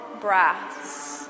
breaths